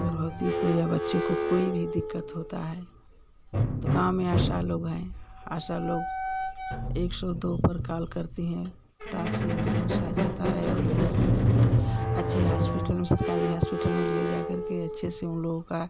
गर्भवती को या बच्चे को कोई भी दिक्कत होता है तो गाँव में आशा लोग हैं आशा लोग एक सौ दो पर कॉल करती हैं फटाक से एंबुलेंस आ जाता है और ले जा कर के अच्छे हॉशपीटल में सरकारी हॉशपीटल में जा कर के अच्छे से उन लोगों का